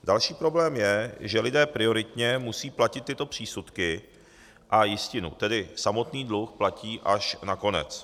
Další problém je, že lidé prioritně musí platit tyto přísudky a jistinu, tedy samotný dluh platí až nakonec.